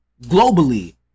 globally